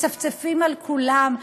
מצפצפים על כולם.